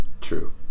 True